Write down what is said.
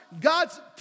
God's